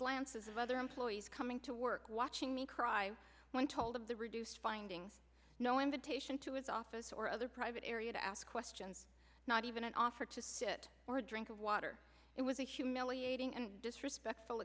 glances of other employees coming to work watching me cry when told of the reduced finding no invitation to his office or other private area to ask questions not even an offer to sit or drink of water it was a humiliating and disrespectful